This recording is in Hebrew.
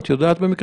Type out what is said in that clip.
את יודעת במקרה?